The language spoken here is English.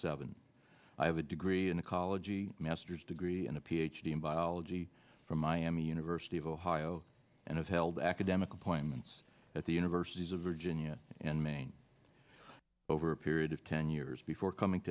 seven i have a degree in ecology master's degree and a ph d in biology from miami university of ohio and have held academic appointments at the universities of virginia and maine over a period of ten years before coming